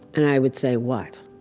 and i'd say, what?